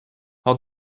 our